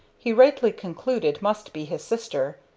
he rightly concluded must be his sister.